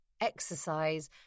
exercise